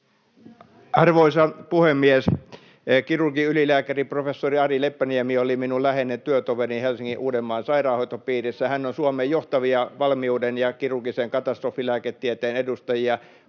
Arvoisa puhemies! Kirurgi, ylilääkäri, professori Ari Leppäniemi oli minun läheinen työtoverini Helsingin ja Uudenmaan sairaanhoitopiirissä. [Arja Juvonen: Viisas mies!] Hän on Suomen johtavia valmiuden ja kirurgisen katastrofilääketieteen edustajia.